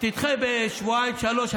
תדחה בשבועיים-שלושה,